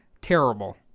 terrible